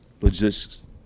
logistics –